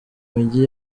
mijyi